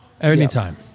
Anytime